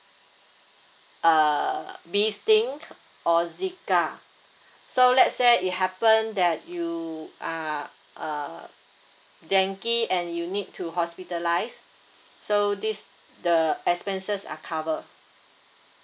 uh bees sting or zika so let's say it happen that you are uh dengue and you need to hospitalised so this the expenses are cover